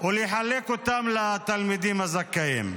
ולחלק אותן לתלמידים הזכאים.